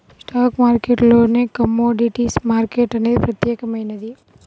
stock మార్కెట్టులోనే commodities market అనేది ప్రత్యేకమైనది